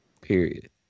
period